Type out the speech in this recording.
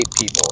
people